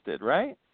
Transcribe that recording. right